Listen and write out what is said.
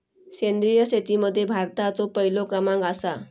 सेंद्रिय शेतीमध्ये भारताचो पहिलो क्रमांक आसा